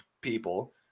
people